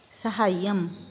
सहाय्यम्